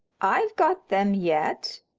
i've got them yet.